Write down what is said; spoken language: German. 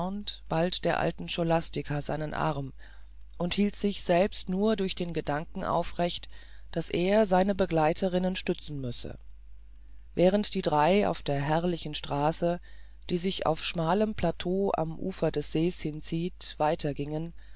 bald der alten scholastica seinen arm und hielt sich selber nur durch den gedanken aufrecht daß er seine begleiterinnen stützen müsse während die drei auf der herrlichen straße die sich auf schmalem plateau am ufer des sees hinzieht